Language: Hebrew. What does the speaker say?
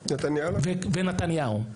ונתניהו.